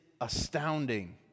astounding